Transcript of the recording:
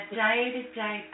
day-to-day